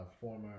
former